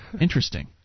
interesting